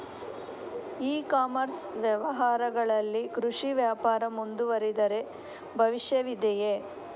E commerce ವ್ಯವಹಾರಗಳಲ್ಲಿ ಕೃಷಿ ವ್ಯಾಪಾರ ಮುಂದುವರಿದರೆ ಭವಿಷ್ಯವಿದೆಯೇ?